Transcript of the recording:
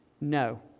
No